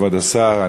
כבוד השר,